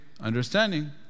understanding